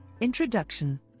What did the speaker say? Introduction